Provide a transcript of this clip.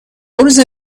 روزه